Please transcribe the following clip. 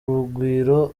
rugwiro